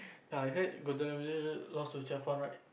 ya I heard lost to right